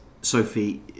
Sophie